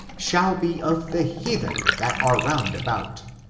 shall be of the heathen that are round about